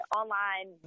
online